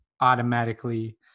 automatically